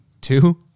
two